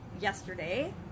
yesterday